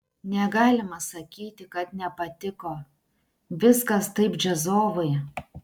negalima sakyti kad nepatiko viskas taip džiazovai